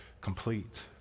complete